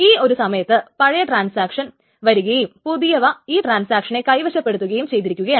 ഈ ഒരു സമയത്ത് പഴയ ട്രാൻസാക്ഷൻ വരികയും പുതിയവ ഈ ട്രാന്സാക്ഷനെ കൈവശപ്പെടുത്തുകയും ചെയ്തിരിക്കുകയാണ്